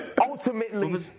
ultimately